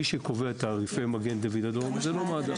מי שקובע את תעריפי מגן דוד אדום זה לא מד"א.